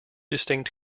distinct